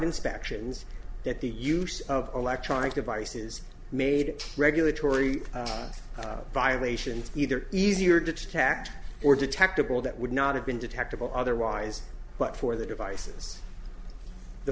inspections that the use of electronic devices made regulatory violations either easier to attack or detectable that would not have been detectable otherwise but for the devices the